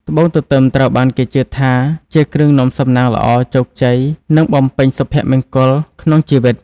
ត្បូងទទឹមត្រូវបានគេជឿថាជាគ្រឿងនាំសំណាងល្អ ជោគជ័យ និងបំពេញសុភមង្គលក្នុងជីវិត។